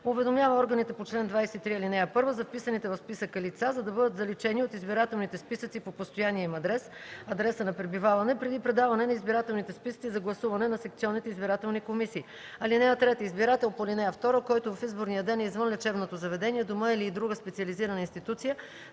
уведомява органите по чл. 23, ал. 1 за вписаните в списъка лица, за да бъдат заличени от избирателните списъци по постоянния им адрес (адреса на пребиваване) преди предаване на избирателните списъци за гласуване на секционните избирателни комисии. (3) Избирател по ал. 2, който в изборния ден е извън лечебното заведение, дома или друга специализирана институция,